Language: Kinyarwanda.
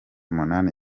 umunani